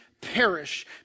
perish